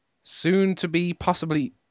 soon-to-be-possibly-